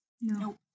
no